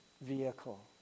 vehicle